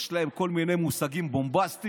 יש להם כל מיני מושגים בומבסטיים.